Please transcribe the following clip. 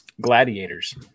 gladiators